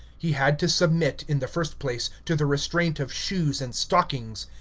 he had to submit, in the first place, to the restraint of shoes and stockings.